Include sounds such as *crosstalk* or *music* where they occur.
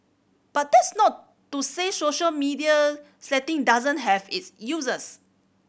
but that's not to say social media *unintelligible* doesn't have its uses